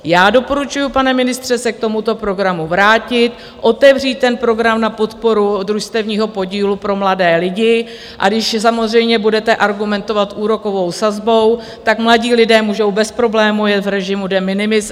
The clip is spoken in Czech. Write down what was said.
Já doporučuji, pane ministře, se k tomuto programu vrátit, otevřít ten program na podporu družstevního podílu pro mladé lidi, a když samozřejmě budete argumentovat úrokovou sazbou, tak mladí lidé můžou bez problémů jet v režimu de minimis.